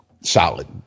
solid